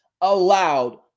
allowed